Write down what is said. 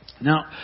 Now